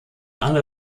alle